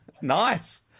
Nice